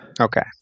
Okay